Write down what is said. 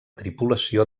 tripulació